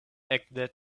ekde